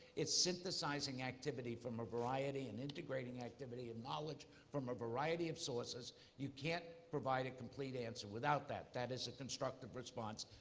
it's synthesizing activity from a variety and integrating activity and knowledge from a variety of sources. you can't provide a complete answer without that. that is a constructive response,